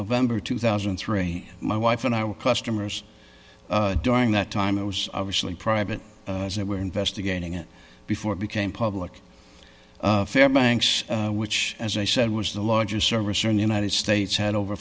november two thousand and three my wife and i were customers during that time it was obviously private as they were investigating it before it became public fair banks which as i said was the largest servicer in the united states had over